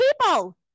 people